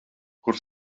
kuru